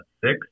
Six